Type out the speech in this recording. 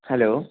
hello